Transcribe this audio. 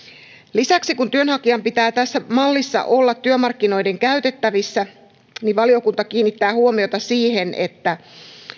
lisäksi kun työnhakijan pitää tässä mallissa olla työmarkkinoiden käytettävissä valiokunta kiinnittää huomiota siihen että